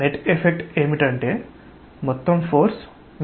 net effect ఏమిటంటే మొత్తం force 0 సున్నా